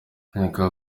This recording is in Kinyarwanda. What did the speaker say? nkeka